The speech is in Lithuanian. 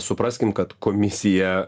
supraskim kad komisija